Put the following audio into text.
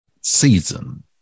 season